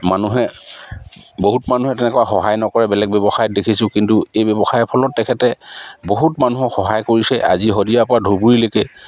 মানুহে বহুত মানুহে তেনেকুৱা সহায় নকৰে বেলেগ ব্যৱসায়ত দেখিছোঁ কিন্তু এই ব্যৱসায়ৰ ফলত তেখেতে বহুত মানুহক সহায় কৰিছে আজি শদিয়াৰপৰা ধুবুৰীলৈকে